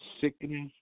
sickness